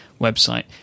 website